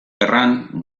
gerran